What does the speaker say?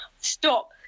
stop